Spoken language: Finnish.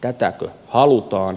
tätäkö halutaan